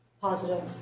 positive